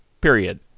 Period